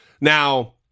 Now